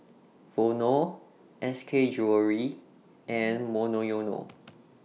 Vono S K Jewellery and Monoyono